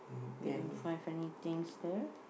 wait ah find funny things there